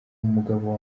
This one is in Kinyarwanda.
umugabo